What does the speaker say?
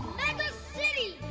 mega city,